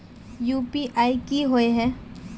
UPI की होय है?